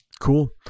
cool